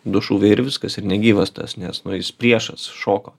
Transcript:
du šūviai ir viskas ir negyvas tas nes nu jis priešas šoko